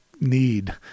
need